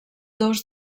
dos